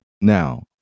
Now